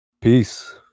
peace